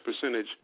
percentage